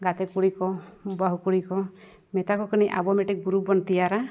ᱜᱟᱛᱮ ᱠᱩᱲᱤ ᱠᱚ ᱵᱟᱹᱦᱩ ᱠᱩᱲᱤ ᱠᱚ ᱢᱮᱛᱟ ᱠᱚ ᱠᱟᱹᱱᱟᱹᱧ ᱟᱵᱚ ᱢᱤᱫᱴᱟᱝ ᱵᱚᱱ ᱛᱮᱭᱟᱨᱟ